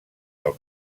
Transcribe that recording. del